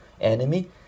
enemy